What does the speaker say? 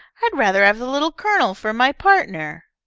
i'd rather have the little colonel for my partner.